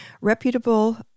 reputable